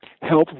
help